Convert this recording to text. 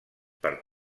per